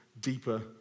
deeper